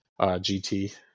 GT